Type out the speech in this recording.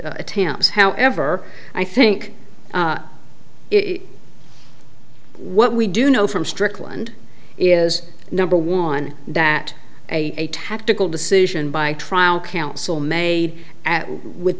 attempts however i think what we do know from strickland is number one that a tactical decision by trial counsel made at with